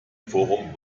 forum